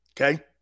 Okay